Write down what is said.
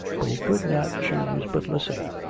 but he could not choose but listen.